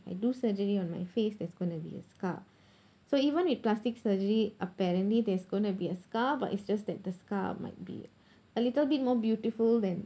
I do surgery on my face there's going to be a scar so even with plastic surgery apparently there's going to be a scar but it's just that the scar might be a little bit more beautiful than